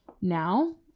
now